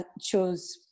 chose